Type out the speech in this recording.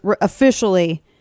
officially